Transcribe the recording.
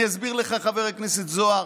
אני אסביר לך, חבר הכנסת זוהר,